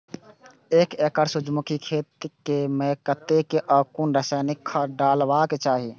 एक एकड़ सूर्यमुखी केय खेत मेय कतेक आ कुन रासायनिक खाद डलबाक चाहि?